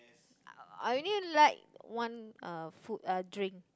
I only like one uh food uh drink